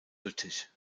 lüttich